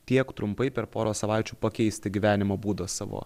tiek trumpai per porą savaičių pakeisti gyvenimo būdą savo